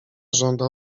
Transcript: żąda